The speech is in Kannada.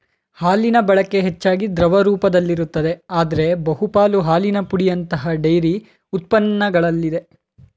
ಹಾಲಿನಬಳಕೆ ಹೆಚ್ಚಾಗಿ ದ್ರವ ರೂಪದಲ್ಲಿರುತ್ತದೆ ಆದ್ರೆ ಬಹುಪಾಲು ಹಾಲಿನ ಪುಡಿಯಂತಹ ಡೈರಿ ಉತ್ಪನ್ನಗಳಲ್ಲಿದೆ